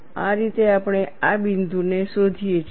આ રીતે આપણે આ બિંદુને શોધીએ છીએ